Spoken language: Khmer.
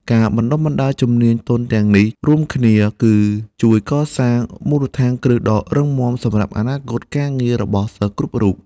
ការបណ្តុះបណ្តាលជំនាញទន់ទាំងនេះរួមគ្នាគឺជួយកសាងមូលដ្ឋានគ្រឹះដ៏រឹងមាំសម្រាប់អនាគតការងាររបស់សិស្សគ្រប់រូប។